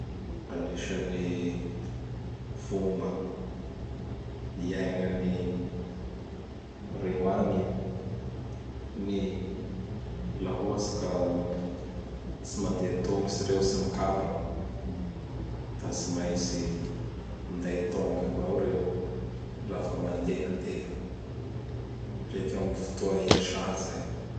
Anisan'ny fomba iaignany reo agny e, ny la ohatsy ka tsy mandea tongotsy reo tsy mikapa da tsy maintsy minday tôngy avao reo lafa mandehandeha. Ndreky am fotoa iasà zay.